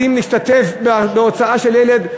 יודעים להשתתף בהוצאה על ילד.